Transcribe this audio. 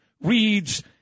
reads